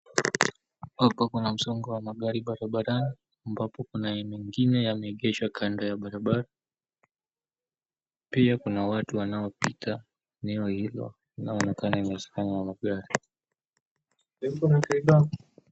Huko kuna msongamano wa magari barabarani ambapo kuna mengine yameegeshwa kando ya barabara. Pia kuna watu wanaopita hilo inaonekana imezekana magari.